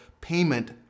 payment